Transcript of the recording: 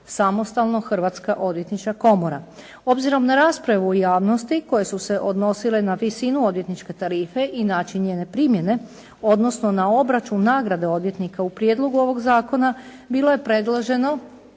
samostalno Hrvatska odvjetnička komora. Obzirom na rasprave u javnosti koje su se odnosile na visinu odvjetničke tarife i način njene primjene, odnosno na obračun nagrade odvjetnika u prijedlogu ovog zakona, bilo je predloženo